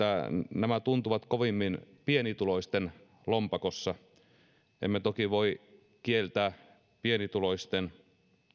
nämä tuntuvat kovimmin pienituloisten lompakossa emme toki voi kieltää pienituloisten